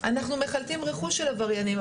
אנחנו מחלטים רכוש של עבריינים,